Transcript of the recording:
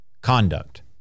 Conduct